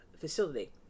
facility